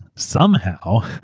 somehow,